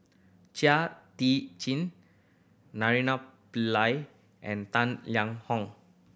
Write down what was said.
Chia Tee Naraina Pillai and Tang Liang Hong